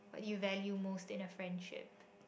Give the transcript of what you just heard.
what you value most in a friendship